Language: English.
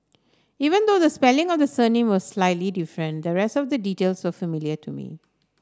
even though the spelling of the surname was slightly different the rest of the details were familiar to me